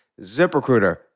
ZipRecruiter